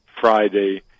Friday